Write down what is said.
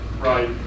right